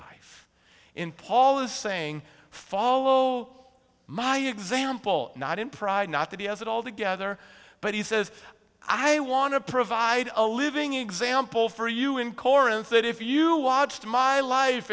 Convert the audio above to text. life in paul is saying follow my example not in pride not that he has it all together but he says i want to provide a living example for you in corinth if you watched my life